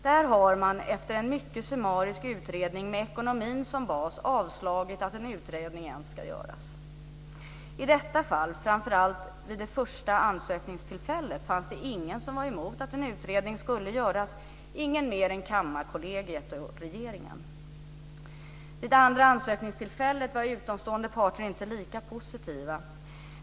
Där har man efter en mycket summarisk utredning med ekonomin som bas avslagit att en utredning ens ska göras. Framför allt vid det första ansökningstillfället fanns det i detta fall ingen som var emot att en utredning skulle göras - ingen mer än Kammarkollegiet och regeringen. Vid det andra ansökningstillfället var utomstående parter inte lika positiva.